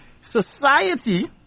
society